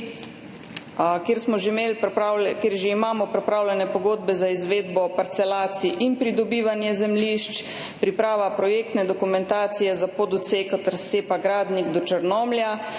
že imamo pripravljene pogodbe za izvedbo parcelacij in pridobivanje zemljišč. Priprava projektne dokumentacije za pododsek od razcepa Gradnik do Črnomlja